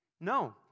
No